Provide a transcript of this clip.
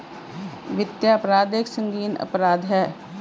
वित्तीय अपराध एक संगीन अपराध है